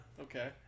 Okay